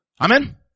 Amen